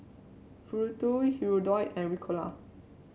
Futuro Hirudoid and Ricola